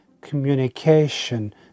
communication